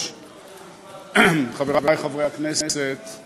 חבר הכנסת נחמן שי.